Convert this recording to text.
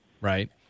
right